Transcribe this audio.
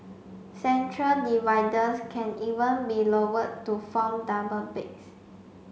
central dividers can even be lowered to form double beds